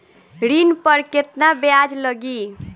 ऋण पर केतना ब्याज लगी?